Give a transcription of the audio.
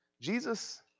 Jesus